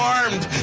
armed